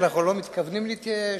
אנחנו לא מתכוונים להתייאש,